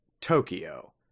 Tokyo